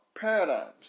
paradigms